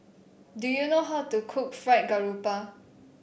do you know how to cook Fried Garoupa